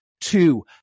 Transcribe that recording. two